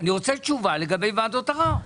אני רוצה תשובה לגבי ועדות הערר.